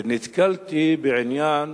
נתקלתי בעניין